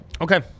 Okay